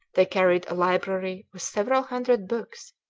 they carried a library with several hundred books,